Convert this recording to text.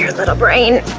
yeah little brain.